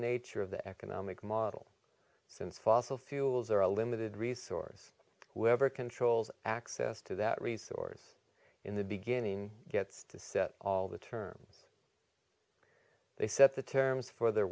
nature of the economic model since fossil fuels are a limited resource whoever controls access to that resource in the beginning gets to set all the terms they set the terms for their